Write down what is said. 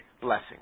blessing